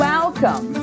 Welcome